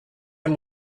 him